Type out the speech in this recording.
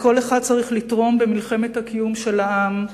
וכל אחד צריך לתרום במלחמת הקיום של העם,